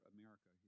America